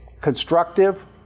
constructive